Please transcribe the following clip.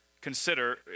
consider